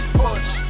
push